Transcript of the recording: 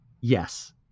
Yes